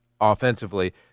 offensively